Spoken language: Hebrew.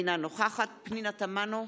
אינה נוכחת פנינה תמנו,